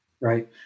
Right